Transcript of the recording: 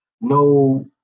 no